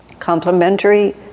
complementary